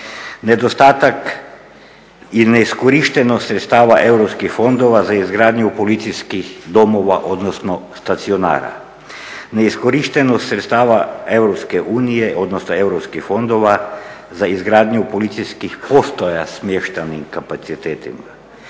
Nedostatak i neiskorištenost sredstava europskih fondova za izgradnju policijskih domova, odnosno stacionara. Neiskorištenost sredstava EU, odnosno europskih fondova za izgradnju policijskih postaja … kapacitetima.